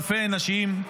אלפי אנשים.